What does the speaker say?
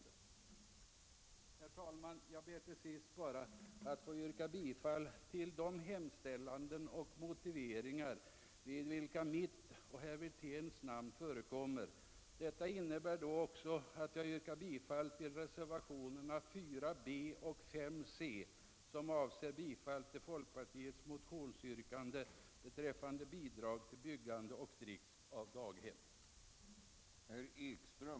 Herr talman! Jag ber till sist bara att få yrka bifall till de hemställningar och motiveringar vid vilka mitt och herr Wirténs namn förekommer. Det innebär att jag också yrkar bifall till reservationerna 4 B och 5 C, som avser bifall till folkpartiets motionsyrkande beträffande bidrag till byggande och drift av daghem.